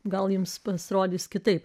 gal jums pasirodys kitaip